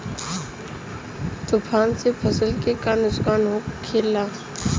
तूफान से फसल के का नुकसान हो खेला?